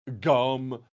Gum